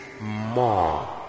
more